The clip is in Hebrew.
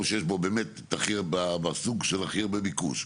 שיש בו באמת את הסוג שיש בו הכי הרבה ביקוש.